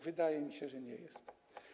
Wydaje mi się, że nie jest.